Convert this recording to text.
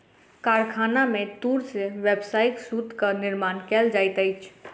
कारखाना में तूर से व्यावसायिक सूतक निर्माण कयल जाइत अछि